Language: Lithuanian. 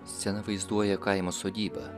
scena vaizduoja kaimo sodybą